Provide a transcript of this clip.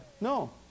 No